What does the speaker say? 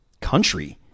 country